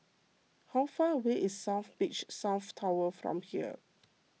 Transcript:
how far away is South Beach South Tower from here